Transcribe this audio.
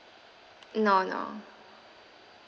no no